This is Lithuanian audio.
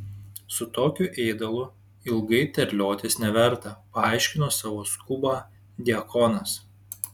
su tokiu ėdalu ilgai terliotis neverta paaiškino savo skubą diakonas